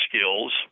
skills